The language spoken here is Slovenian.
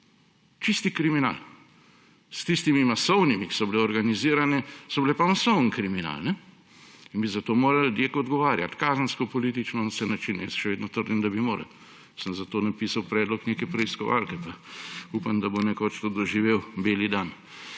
Čisti kriminal. Tiste masovne migracije, ko so bile organizirane, so bile pa masovni kriminal. In bi zato morali ljudje odgovarjati – kazensko, politično, na vse načine. Jaz še vedno trdim, da bi morali. Sem zato napisal predlog neke preiskovalke pa upam, da bo nekoč tudi doživel beli dan,